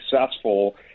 successful